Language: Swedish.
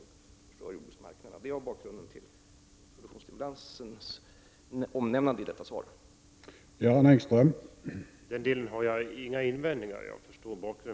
Produktionsstimulerande jordbruksstöd förstör marknaden. Detta är bakgrunden till formuleringen i svaret.